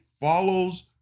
follows